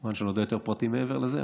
אני לא יודע פרטים מעבר לזה,